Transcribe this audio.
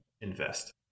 invest